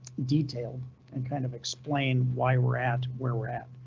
detailed and kind of explain why we're at where we're at.